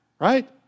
right